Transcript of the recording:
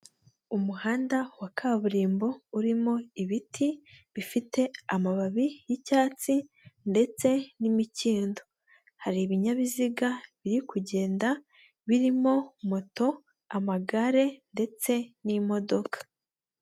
Umuhanda wa kaburimbo urimo ibiti bifite amababi y'icyatsi ndetse n'imikindo. Hari ibinyabiziga biri kugenda birimo moto, amagare ndetse n'imodoka.